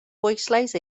bwyslais